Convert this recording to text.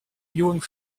viewing